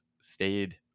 stayed